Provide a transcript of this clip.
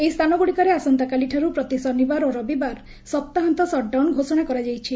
ଏହି ସ୍ଥାନଗୁଡ଼ିକରେ ଆସନ୍ତା କାଲିଠାରୁ ପ୍ରତି ଶନିବାର ଓ ରବିବାର ସପ୍ତାହାନ୍ତ ସଟ୍ଡାଉନ୍ ଘୋଷଣା କରାଯାଇଛି